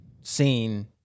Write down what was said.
scene